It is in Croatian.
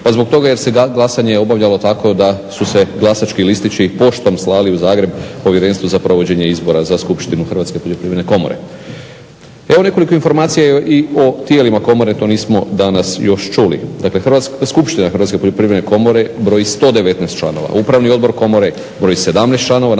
pa zbog toga jer se glasanje obavljalo tako da su se glasački listići poštom slali u Zagreb Povjerenstvu za provođenje izbora za Skupštinu Hrvatske poljoprivredne komore. Evo nekoliko informacija i o tijelima komore, to nismo danas još čuli. Dakle Skupština Hrvatske poljoprivredne komore broji 119 članova, Upravni odbor komore broji 17 članova,